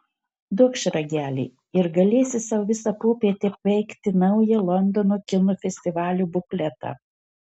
duokš ragelį ir galėsi sau visą popietę peikti naują londono kino festivalio bukletą